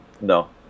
no